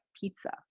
pizza